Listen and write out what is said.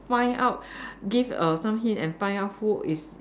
find out give a some hint and find out who is